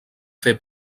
fer